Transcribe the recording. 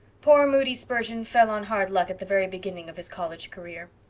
poor moody spurgeon fell on hard luck at the very beginning of his college career.